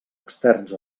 externs